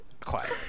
quiet